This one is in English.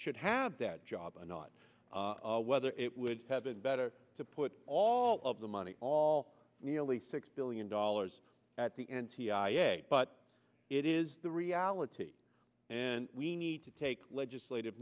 should have that job and not whether it would have been better to put all of the money all nearly six billion dollars at the n t i a but it is the reality and we need to take legislative